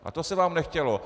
A to se vám nechtělo.